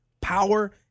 Power